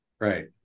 Right